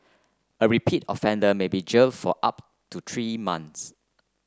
a repeat offender may be jail for up to three months